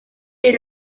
est